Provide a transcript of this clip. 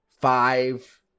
five